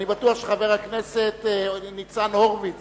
אני בטוח שחבר הכנסת ניצן הורוביץ